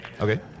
Okay